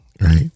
right